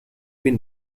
been